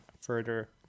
further